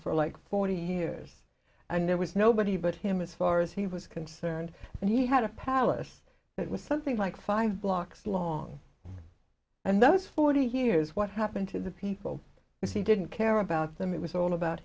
for like forty years and there was nobody but him as far as he was concerned and he had a palace that was something like five blocks long and those forty years what happened to the people if he didn't care about them it was all about